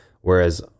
Whereas